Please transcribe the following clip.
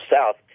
south